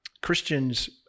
Christians